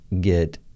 get